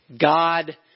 God